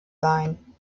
sein